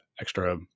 extra